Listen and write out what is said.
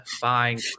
fine